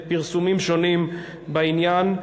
פרסומים שונים בעניין,